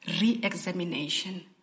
re-examination